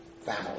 family